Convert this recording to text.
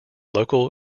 local